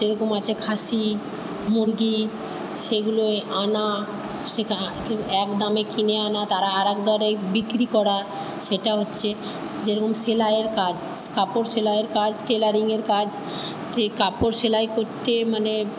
যেরকম আছে খাসি মুরগি সেগুলোয় আনা সেখা এক দামে কিনে আনা তারা আরেক দরে বিক্রি করা সেটা হচ্চে যেরকম সেলাইয়ের কাজ কাপড় সেলাইয়ের কাজ টেলারিংয়ের কাজ ট্রে কাপড় সেলাই করতে মানে